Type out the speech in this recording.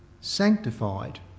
sanctified